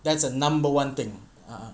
that's the number one thing ah